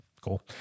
Cool